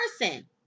person